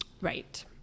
Right